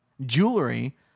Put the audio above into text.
jewelry